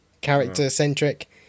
character-centric